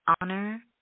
honor